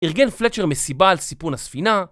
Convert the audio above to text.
ארגן פלצ'ר מסיבה על סיפון הספינה